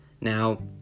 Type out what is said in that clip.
Now